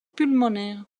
pulmonaire